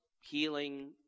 healing